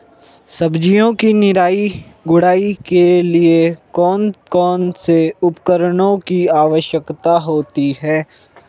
सब्जियों की निराई गुड़ाई के लिए कौन कौन से उपकरणों की आवश्यकता होती है?